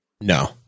No